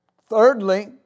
Thirdly